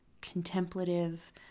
contemplative